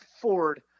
Ford